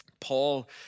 Paul